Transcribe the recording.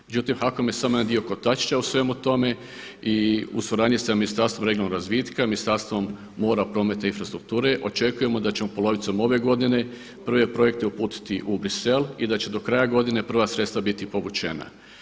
Međutim HAKOM je samo jedan dio kotačića u svemu tome i u suradnji sa Ministarstvom regionalnog razvitka, Ministarstvom mora, prometa i infrastrukture očekujemo da ćemo polovicom ove godine prve projekte uputiti u Bruxelles i da će do kraja godine prva sredstva biti povučena.